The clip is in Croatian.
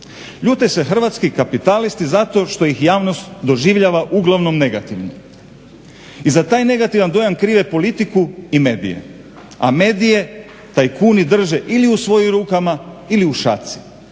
Ljute se hrvatski kapitalisti zato što ih javnost doživljava uglavnom negativnim. I za taj negativna dojam krive politiku i medije, a medije tajkuni drže ili u svojim rukama ili u šaci.